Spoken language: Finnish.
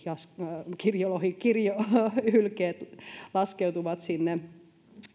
ja kun hylkeet laskeutuvat sinne